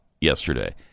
yesterday